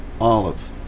olive